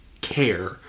care